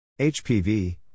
HPV